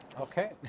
Okay